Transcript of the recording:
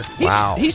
Wow